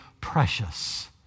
precious